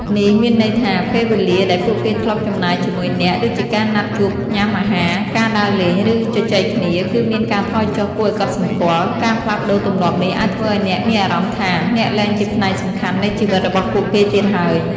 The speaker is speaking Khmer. នេះមានន័យថា ពេលវេលាដែលពួកគេធ្លាប់ចំណាយជាមួយអ្នក ដូចជាការណាត់ជួបញ៉ាំអាហារ ការដើរលេង ឬជជែកគ្នាគឺមានការថយចុះគួរឲ្យកត់សម្គាល់។ ការផ្លាស់ប្តូរទម្លាប់នេះអាចធ្វើឲ្យអ្នកមានអារម្មណ៍ថា អ្នកលែងជាផ្នែកសំខាន់នៃជីវិតរបស់ពួកគេទៀតហើយ។